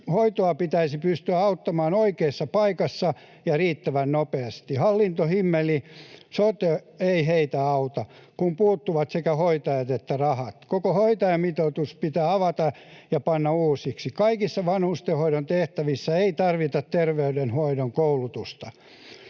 Hoitoa pitäisi pystyä antamaan oikeassa paikassa ja riittävän nopeasti. Hallintohimmeli-sote ei heitä auta, kun puuttuvat sekä hoitajat että rahat. Koko hoitajamitoitus pitää avata ja panna uusiksi. Kaikissa vanhustenhoidon tehtävissä ei tarvita terveydenhoidon koulutusta,